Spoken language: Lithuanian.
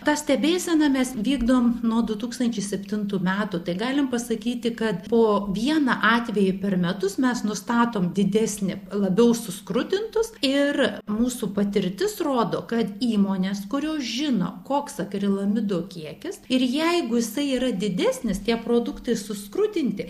tą stebėseną mes vykdom nuo du tūkstančiai septintų metų tai galim pasakyti kad po vieną atvejį per metus mes nustatom didesnį labiau suskrudintus ir mūsų patirtis rodo kad įmonės kurios žino koks akrilamido kiekis ir jeigu jisai yra didesnis tie produktai suskrudinti